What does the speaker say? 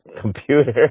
computer